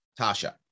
Tasha